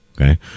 Okay